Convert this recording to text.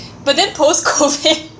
but then post COVID